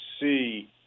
see